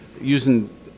using